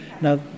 Now